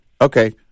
Okay